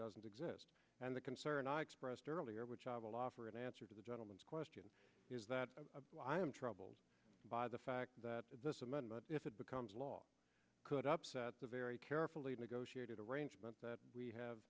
doesn't exist and the concern i expressed earlier which i will offer in answer to the gentleman's question is that i am troubled by the fact that this amendment if it becomes law could upset the very carefully negotiated arrangement that we